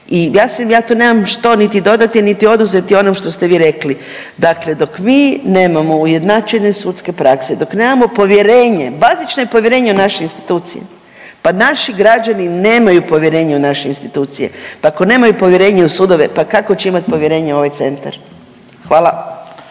ja tu nemam niti što dodati, niti oduzeti onom što ste vi rekli, dakle dok mi nemamo ujednačene sudske prakse, dok nemamo povjerenje, bazično je povjerenje u naše institucije, pa naši građani nemaju povjerenje u naše institucije, pa ako nemaju povjerenje u sudove, pa kako će imati povjerenje u ovaj centar. Hvala.